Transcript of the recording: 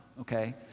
okay